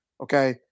Okay